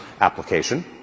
application